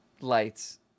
lights